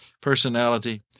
personality